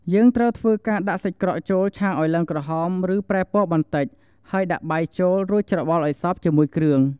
យើងត្រូវធ្វើការ ដាក់សាច់ក្រកចូលឆាឱ្យឡើងក្រហម ឬប្រែពណ៌បន្តិច ហើយដាក់បាយចូល រួចច្របល់ឱ្យសព្វជាមួយគ្រឿង។